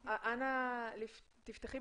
לדבר ואנחנו לא נצליח להגיע